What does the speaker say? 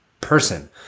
person